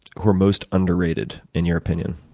who are most underrated, in your opinion?